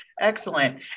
Excellent